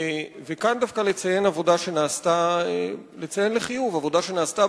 אני רוצה דווקא לציין לחיוב עבודה שנעשתה